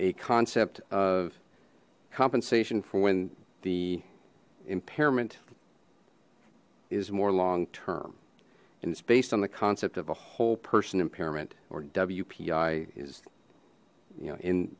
a concept of compensation for when the impairment is more long term and it's based on the except of a whole person impairment or wpi is you know in